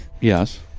Yes